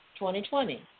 2020